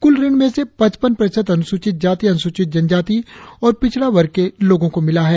कुल ऋण में से पचपन प्रतिशत अनुसूचित जाति अनुसूचित जनजाति और पिछड़ा वर्ग के लोगों को मिला है